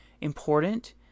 important